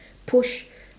push